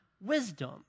wisdom